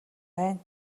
байна